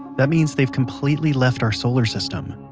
that means they've completely left our solar system.